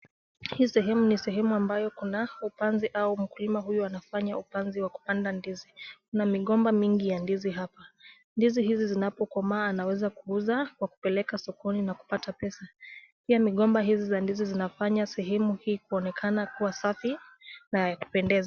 Hii sehemu ni sehemu ambayo kuna upanzi au mkulima huyu anafanya upanzi wa kupanda ndizi. Kuna migomba mingi ya ndizi hapa. Ndizi hizi zinapokomaa anaweza kuuza kwa kupeleka sokoni na kupata pesa. Pia migomba hizi za ndizi zinafanya sehemu hii kuonekana kuwa safi na ya kupendeza.